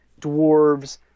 dwarves